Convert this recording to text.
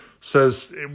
says